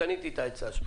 העצה שלך.